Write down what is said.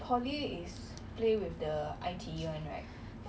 into one team for all the basketball also